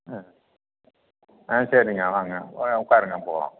ம் ஆ சரிங்க வாங்க உட்காருங்க போகலாம்